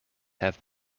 have